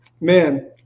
man